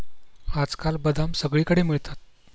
आजकाल बदाम सगळीकडे मिळतात